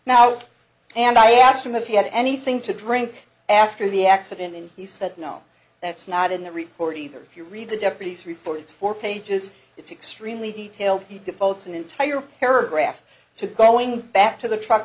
now and i asked him if he had anything to drink after the accident and he said no that's not in the report either if you read the deputy's reports four pages it's extremely detailed he devotes an entire paragraph to going back to the truck